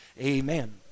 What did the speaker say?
amen